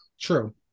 True